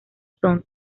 son